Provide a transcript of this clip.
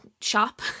shop